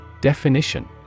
Definition